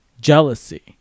jealousy